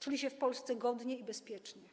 czuli się w Polsce godnie i bezpiecznie.